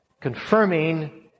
confirming